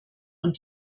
und